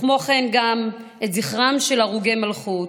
וכמו כן גם את זכרם של הרוגי המלכות,